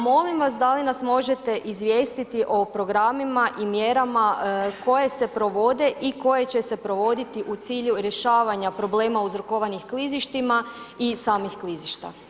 Molim vas da li nas možete izvijestiti o programima i mjerama koje se provode i koje će se provoditi u cilju rješavanja problema uzrokovanih klizištima i samih klizišta.